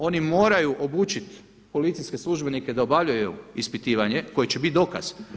Oni moraju obučit policijske službenike da obavljaju ispitivanje koje će bit dokaz.